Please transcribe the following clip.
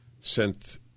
sent